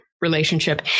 relationship